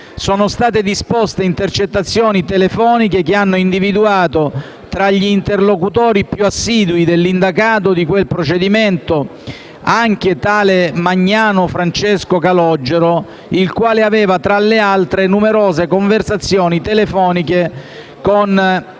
sono state disposte intercettazioni telefoniche che hanno individuato, tra gli interlocutori più assidui dell'indagato di quel procedimento, anche tale Magnano Francesco Calogero, il quale aveva, tra le altre, numerose conversazioni telefoniche con